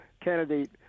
candidate